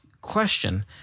question